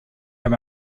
him